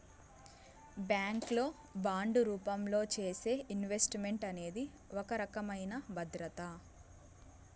bank లో bond రూపంలో చేసే ఇన్వెస్ట్ మెంట్ అనేది ఒక రకమైన భద్రత